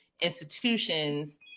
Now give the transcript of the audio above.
institutions